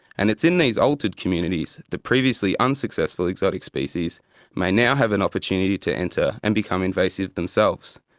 and it's in these altered communities that previously unsuccessful exotic species may now have an opportunity to enter and become invasive themselves.